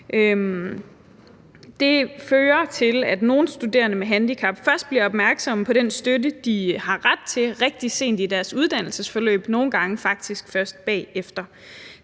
Det fører til, at nogle studerende med handicap først bliver opmærksom på den støtte, de har ret til, rigtig sent i deres uddannelsesforløb og nogle gange faktisk først bagefter.